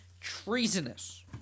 treasonous